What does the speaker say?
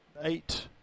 eight